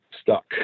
stuck